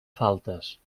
faltes